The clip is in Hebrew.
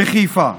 בחיפה.